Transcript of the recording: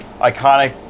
iconic